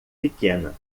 pequena